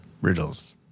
riddles